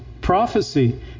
prophecy